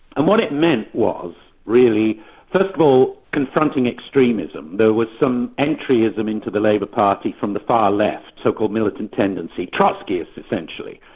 and what it meant was really first of all confronting extremism. there was some entryism into the labour party from the far left, so-called militant tendency, trotskyites, essentially,